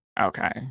Okay